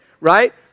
Right